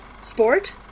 sport